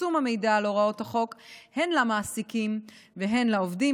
פרסום המידע על הוראות החוק הן למעסיקים והן לעובדים,